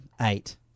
eight